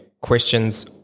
questions